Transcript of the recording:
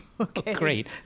Great